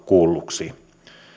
kuulluksi